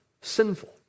sinful